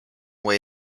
way